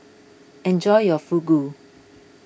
enjoy your Fugu